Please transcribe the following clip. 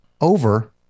over